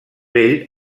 vell